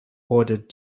ordered